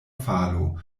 falo